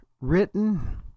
written